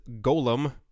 Golem